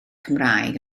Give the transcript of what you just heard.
cymraeg